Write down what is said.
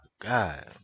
God